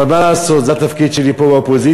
אבל מה לעשות, זה התפקיד שלי פה באופוזיציה,